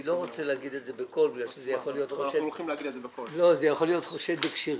אני לא רוצה להגיד את זה בקול כי זה יכול להיות חושד בכשרים.